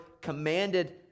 commanded